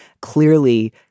clearly